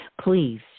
please